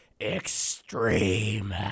extreme